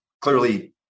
clearly